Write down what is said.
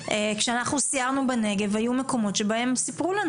כשסיירנו בנגב היו מקומות שסיפרו לנו,